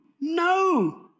no